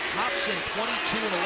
hobson, twenty two